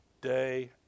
day